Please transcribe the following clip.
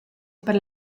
per